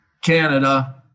Canada